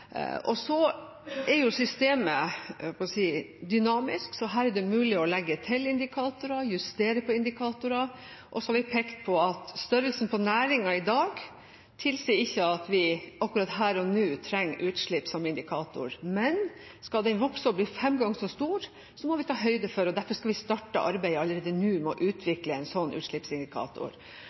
dynamisk, så her er det mulig å legge til indikatorer og justere på indikatorer. Vi har også pekt på at størrelsen på næringen i dag ikke tilsier at vi her og nå trenger utslipp som indikator, men skal næringen vokse og bli fem ganger så stor, må vi ta høyde for det. Derfor skal vi allerede nå starte arbeidet med å utvikle en sånn utslippsindikator.